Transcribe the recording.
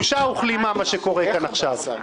בושה וכלימה מה שקורה כאן עכשיו.